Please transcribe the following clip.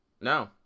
No